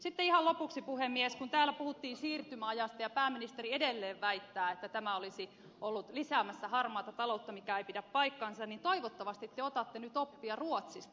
sitten ihan lopuksi puhemies kun täällä puhuttiin siirtymäajasta ja pääministeri edelleen väittää että tämä olisi ollut lisäämässä harmaata taloutta mikä ei pidä paikkaansa niin toivottavasti te otatte nyt oppia ruotsista